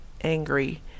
angry